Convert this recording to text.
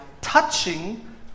touching